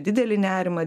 didelį nerimą